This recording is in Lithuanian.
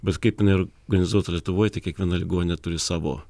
bet kaip jinai organizuota lietuvoj tai kiekviena ligoninė turi savo